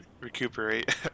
recuperate